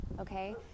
okay